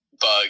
bug